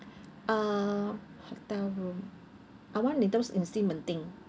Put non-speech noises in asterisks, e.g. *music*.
*breath* uh hotel room I want in ximending